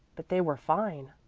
but they were fine.